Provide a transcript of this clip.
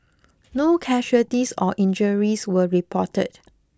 no casualties or injuries were reported